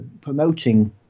promoting